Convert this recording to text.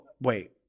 Wait